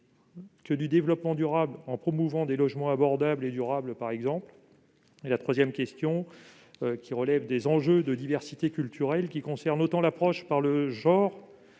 que du développement durable, en promouvant des logements abordables et durables par exemple. La troisième a trait aux enjeux de diversité culturelle, qui concernent l'approche par le genre